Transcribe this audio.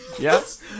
Yes